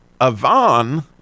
Avon